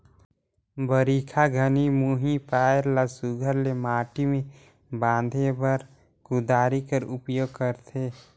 बरिखा घनी मुही पाएर ल सुग्घर ले माटी मे बांधे बर कुदारी कर उपियोग करथे